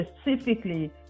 specifically